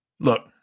Look